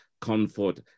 comfort